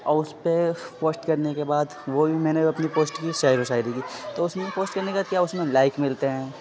اور اس پہ پوسٹ کرنے کے بعد وہ بھی میں نے اپنی پوسٹ کی شعر و شاعری کی تو اس میں پوسٹ کرنے کا کیا اس میں لائک ملتے ہیں